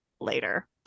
later